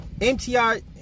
MTR